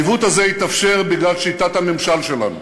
העיוות הזה התאפשר בגלל שיטת הממשל שלנו.